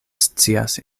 scias